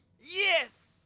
Yes